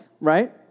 right